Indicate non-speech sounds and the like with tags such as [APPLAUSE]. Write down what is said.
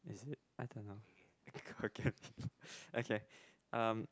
is it i dont know [LAUGHS] hokkien okay um